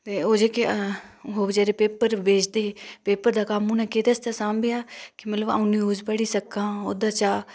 ते ओह् पेपर बेचदे हे पेपर दा कम्म उने किदै आस्तै साम्बेआ कि आऊं न्यूज़ पढ़ी सकां ओह्दै चा